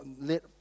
let